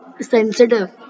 sensitive